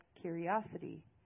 curiosity